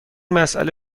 مسأله